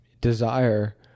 desire